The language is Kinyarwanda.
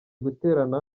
guterana